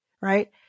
right